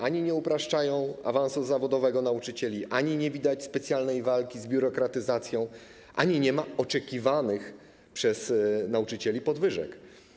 Ani nie upraszczają one awansu zawodowego nauczycieli, ani nie widać specjalnej walki z biurokratyzacją, ani nie ma oczekiwanych przez nauczycieli podwyżek.